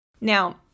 Now